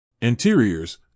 Interiors